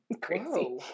crazy